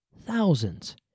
thousands